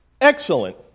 excellent